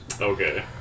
Okay